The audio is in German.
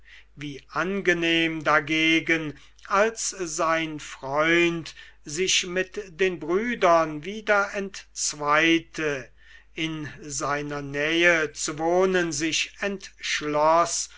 wie angenehm dagegen als sein freund sich mit den brüdern wieder entzweite in seiner nähe zu wohnen sich entschloß